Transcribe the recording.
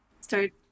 start